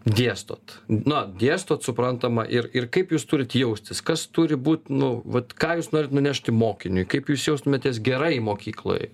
dėstot na dėstot suprantama ir ir kaip jūs turit jaustis kas turi būt nu vat ką jūs norit nunešti mokiniui kaip jūs jaustumėtės gerai mokykloj